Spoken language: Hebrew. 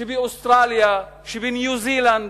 שבאוסטרליה, שבניו-זילנד,